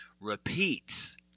repeats